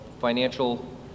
financial